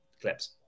clips